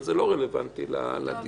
אבל זה לא רלוונטי לדיון.